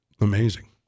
Amazing